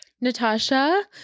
Natasha